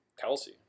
Kelsey